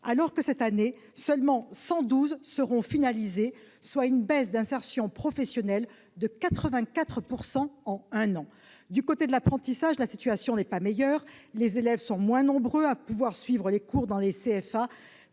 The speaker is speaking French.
alors que 112 seulement seront finalisés cette année, soit une baisse d'insertion professionnelle de 84 % en un an. Du côté de l'apprentissage, la situation n'est pas meilleure : les élèves sont moins nombreux à pouvoir suivre les cours dans les CFA,